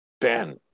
Ben